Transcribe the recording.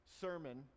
sermon